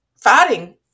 fighting